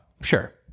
sure